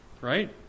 right